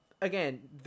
again